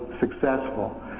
successful